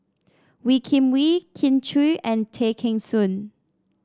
Wee Kim Wee Kin Chui and Tay Kheng Soon